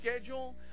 schedule